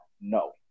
no